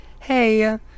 hey